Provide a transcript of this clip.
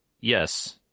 Yes